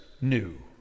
new